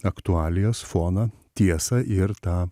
aktualijas foną tiesą ir tą